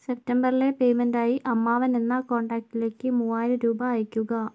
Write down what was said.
സെപ്റ്റംബറിലെ പേയ്മെൻറായി അമ്മാവൻ എന്ന കോണ്ടാക്ടിലേക്ക് മൂവായിരം രൂപ അയക്കുക